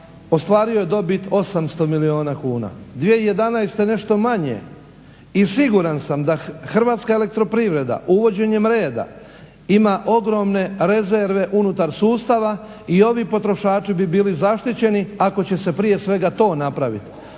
ostvario je dobit 800 milijuna kuna. 2011. nešto manje i siguran sam da Hrvatska elektroprivreda uvođenjem reda ima ogromne rezerve unutar sustava i ovi potrošači bi bili zaštićeni ako će se prije svega to napraviti.